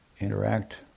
interact